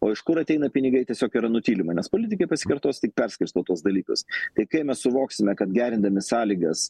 o iš kur ateina pinigai tiesiog yra nutylima nes politikai pasikartosiu tik perskirsto tuos dalykus tai kai mes suvoksime kad gerindami sąlygas